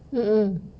mm mm